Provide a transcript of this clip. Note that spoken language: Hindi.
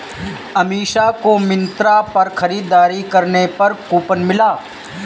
अमीषा को मिंत्रा पर खरीदारी करने पर कूपन मिला